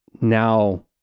now